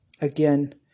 again